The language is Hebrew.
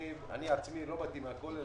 אני עצמי לא באתי מהכולל,